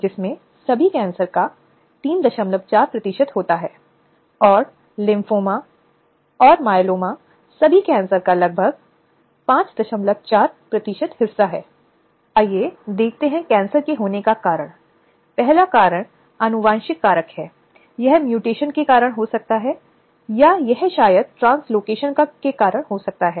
इसलिए जब हम यौन उत्पीड़न की अवधारणा या यौन उत्पीड़न की कार्रवाई की बात करते हैं तो यह निश्चित रूप से भारतीय संविधान के अनुच्छेद 14 15 और 21 के तहत समानता के अधिकार के साथ जीवन का उल्लंघन है